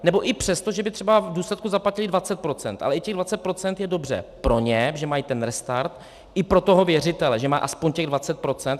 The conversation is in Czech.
Nebo i přesto, že by třeba v důsledku zaplatili 20 %, ale i těch 20 % je dobře: pro ně, že mají ten restart, i pro toho věřitele, že má aspoň těch 20 %.